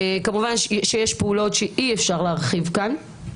כמובן שיש פעולות שאי אפשר להרחיב כאן,